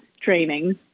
training